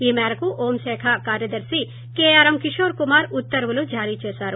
ఈ మేరకు హోంశాఖ కార్యదర్తి కేఆర్ఎం కిశోర్ కుమార్ ఉత్తర్వులు జారీ చేశారు